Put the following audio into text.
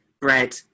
bread